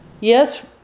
yes